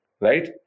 right